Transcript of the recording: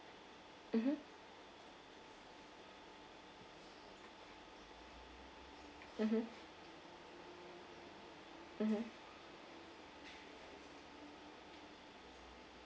mmhmm mmhmm mmhmm